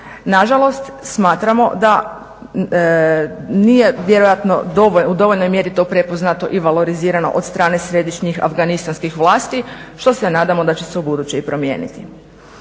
Nažalost smatramo da nije vjerojatno u dovoljnoj mjeri to prepoznato i valorizirano od strane središnjih afganistanskih vlasti što se nadamo da će se ubuduće i promijeniti.